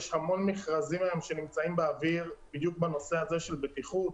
יש המון מכרזים היום שנמצאים באוויר בדיוק בנושא הזה של בטיחות,